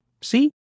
See